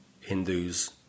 Hindus